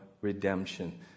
redemption